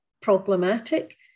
problematic